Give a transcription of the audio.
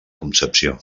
concepció